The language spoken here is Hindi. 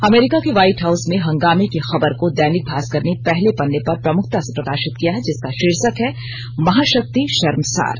अमेरिका के व्हाईट हाउस में हंगामें की खबर को दैनिक भास्कर ने पहले पन्ने पर प्रमुखता से प्रकाशित किया है जिसका शीर्षक है महाशक्ति शर्मसार